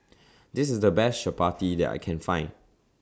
This IS The Best Chapati that I Can Find